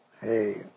Hey